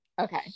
Okay